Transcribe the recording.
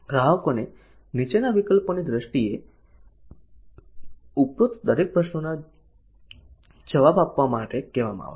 ગ્રાહકોને નીચેના વિકલ્પોની દ્રષ્ટિએ ઉપરોક્ત દરેક પ્રશ્નોના જવાબ આપવા માટે કહેવામાં આવશે